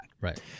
Right